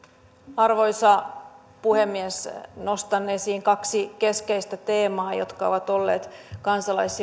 arvoisa puhemies nostan esiin kaksi keskeistä teemaa jotka ovat olleet kansalais